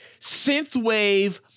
synthwave